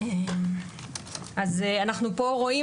אנחנו רואים